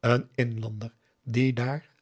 een inlander die daar